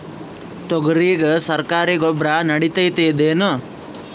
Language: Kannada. ತೊಗರಿಗ ಸರಕಾರಿ ಗೊಬ್ಬರ ನಡಿತೈದೇನು?